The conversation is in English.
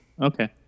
okay